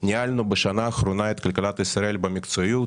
ניהלנו בשנה האחרונה את כלכלת ישראל במקצועיות,